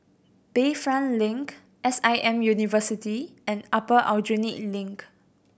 Bayfront Link S I M University and Upper Aljunied Link